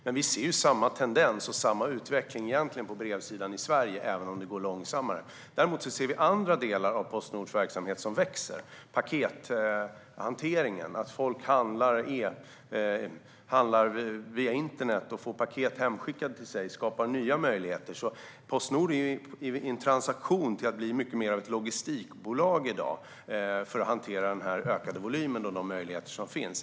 Men egentligen ser vi samma tendens och samma utveckling på brevsidan i Sverige, även om det går långsammare. Däremot ser vi att andra delar av Postnords verksamhet växer. Pakethanteringen - att folk handlar via internet och får paket hemskickade - skapar nya möjligheter. Postnord är alltså på väg att bli mycket mer av ett logistikbolag för att hantera den ökade volymen och de möjligheter som finns.